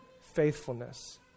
faithfulness